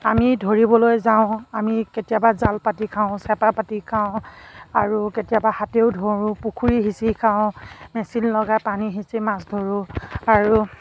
আমি ধৰিবলৈ যাওঁ আমি কেতিয়াবা জাল পাতি খাওঁ চেপা পাতি খাওঁ আৰু কেতিয়াবা হাতেৰেও ধৰোঁ পুখুৰী সিঁচি খাওঁ মেচিন লগাই পানী সিঁচি মাছ ধৰোঁ আৰু